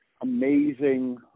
amazing